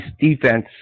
defense